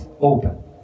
open